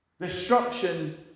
Destruction